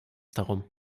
darum